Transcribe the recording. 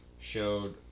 showed